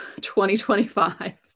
2025